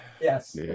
Yes